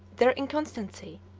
their inconstancy,